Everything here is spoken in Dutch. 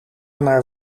naar